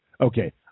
Okay